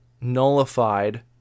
nullified